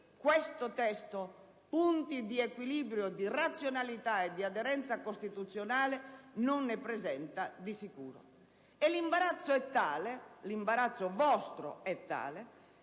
questo testo punti di equilibrio, di razionalità e di aderenza costituzionale non ne presenta di sicuro. L'imbarazzo vostro è tale